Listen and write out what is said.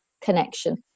connection